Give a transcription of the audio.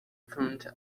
front